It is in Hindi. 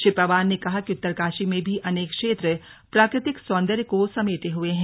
श्री पंवार ने कहा कि उत्तरकाशी में भी अनेक क्षेत्र प्राकृतिक सौन्दर्य को समेटे हुए है